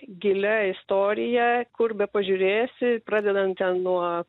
gilia istorija kur bepažiūrėsi pradedant ten nuo